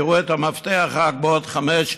יראו את המפתח רק בעוד חמש,